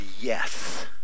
yes